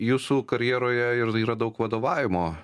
jūsų karjeroje ir yra daug vadovavimo